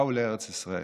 באו לארץ ישראל.